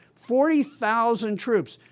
forty thousand troops!